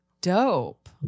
Dope